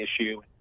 issue